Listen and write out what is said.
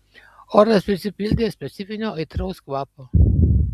oras prisipildė specifinio aitraus kvapo